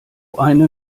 eine